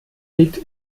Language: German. liegt